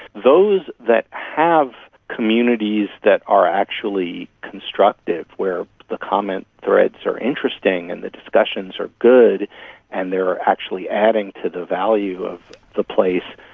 those that have communities that are actually constructive where the comment threads are interesting and the discussions are good and they are actually adding to the value of the place,